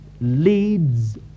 leads